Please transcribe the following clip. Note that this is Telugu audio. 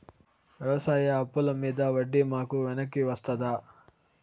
వ్యవసాయ అప్పుల మీద వడ్డీ మాకు వెనక్కి వస్తదా?